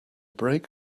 brake